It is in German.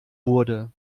wurde